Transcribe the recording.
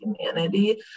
humanity